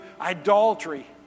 idolatry